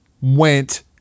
went